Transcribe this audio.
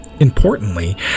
Importantly